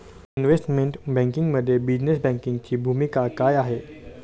Investment बँकिंगमध्ये business बँकिंगची भूमिका काय आहे?